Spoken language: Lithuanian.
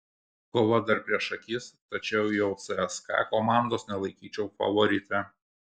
kova dar prieš akis tačiau jau cska komandos nelaikyčiau favorite